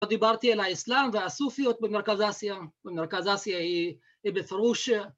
‫אבל דיברתי על האסלאם והסופיות ‫במרכז אסיה, ‫ומרכז אסיה היא בפרוש ה…